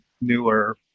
newer